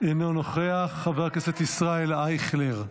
אינו נוכח, חבר הכנסת ישראל אייכלר,